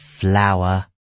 flower